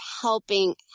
helping